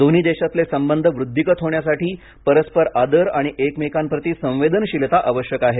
दोन्ही देशांतले संबंध वृद्धींगत होण्यसाठी परस्पर आदर आणि एकमेकांप्रती संवेदनशीलता आवश्यक आहे